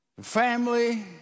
Family